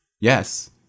yes